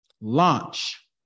Launch